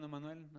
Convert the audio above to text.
Manuel